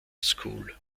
school